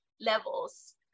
levels